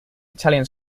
italian